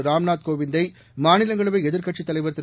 ராம்நாத் கோவிந்தை மாநிலங்களவை எதிர்க்கட்சித் தலைவர் திரு